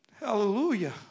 Hallelujah